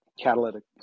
Catalytic